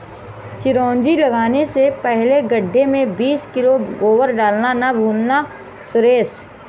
चिरौंजी लगाने से पहले गड्ढे में बीस किलो गोबर डालना ना भूलना सुरेश